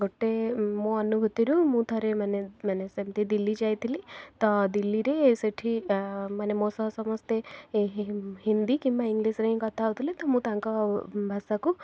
ଗୋଟେ ମୋ ଅନୁଭୂତିରୁ ମୁଁ ଥରେ ମାନେ ମାନେ ସେମିତି ଦିଲ୍ଲୀ ଯାଇଥିଲି ତ ଦିଲ୍ଲୀରେ ସେଇଠି ମାନେ ମୋ ସହ ସମସ୍ତେ ହିନ୍ଦୀ କିମ୍ବା ଇଂଲିଶରେ ହିଁ କଥା ହେଉଥିଲେ ତ ମୁଁ ତାଙ୍କ ଭାଷାକୁ